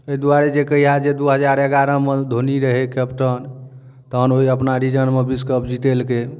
एहि दुआरे जे कहिआ जे दू हजार एगारहमे धोनी रहै कैप्टन तहन ओ अपना रीजनमे विश्व कप जीतेलकै